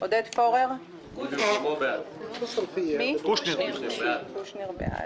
עודד פורר, אלכס קושניר במקומו, בעד.